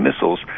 missiles